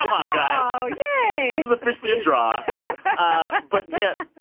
um ah yeah is officially a draw but yeah.